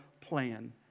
plan